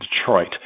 Detroit